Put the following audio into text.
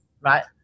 right